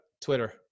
Twitter